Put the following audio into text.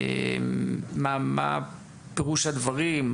מה פירוש הדברים,